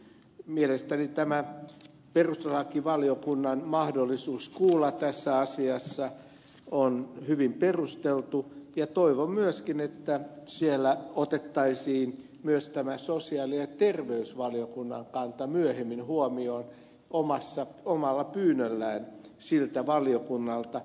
mielestäni tämä perustuslakivaliokunnan mahdollisuus kuulla tässä asiassa on hyvin perusteltu ja toivon myöskin että siellä otettaisiin myös tämä sosiaali ja terveysvaliokunnan kanta myöhemmin huomioon omalla pyynnöllään siltä valiokunnalta